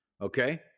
okay